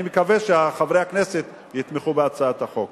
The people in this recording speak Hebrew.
אני מקווה שחברי הכנסת יתמכו בהצעת החוק.